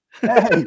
Hey